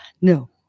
No